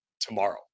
tomorrow